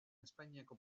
espainiako